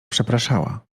przepraszała